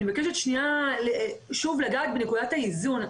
אני מבקשת שנייה שוב לגעת בנקודת האיזון.